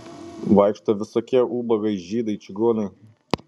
vaikšto visokie ubagai žydai čigonai